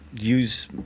use